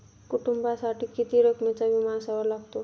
कुटुंबासाठी किती रकमेचा विमा असावा लागतो?